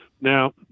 Now